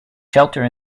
shelter